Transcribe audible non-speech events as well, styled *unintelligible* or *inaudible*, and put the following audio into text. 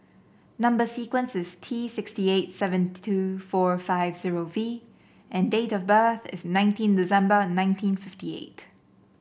number sequence is T six eight seven *unintelligible* two four five zero V and date of birth is nineteen December nineteen fifty eight